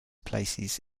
places